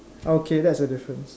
okay that's a difference